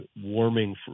warming